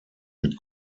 mit